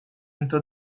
into